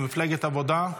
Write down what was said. מפלגת העבודה?